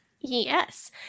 Yes